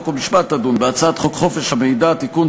חוק ומשפט תדון בהצעת חוק חופש המידע (תיקון,